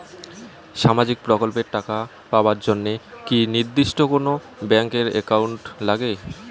সামাজিক প্রকল্পের টাকা পাবার জন্যে কি নির্দিষ্ট কোনো ব্যাংক এর একাউন্ট লাগে?